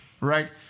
right